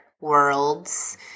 worlds